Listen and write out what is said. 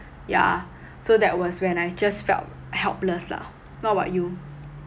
yeah so that was when I just felt helpless lah what about you